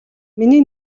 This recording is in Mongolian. миний